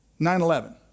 9-11